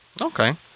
okay